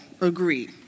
agree